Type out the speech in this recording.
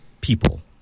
people